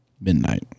midnight